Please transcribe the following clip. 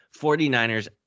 49ers